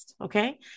okay